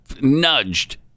nudged